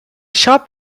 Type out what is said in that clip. shop